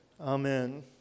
Amen